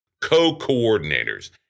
co-coordinators